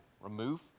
remove